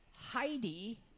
Heidi